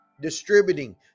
Distributing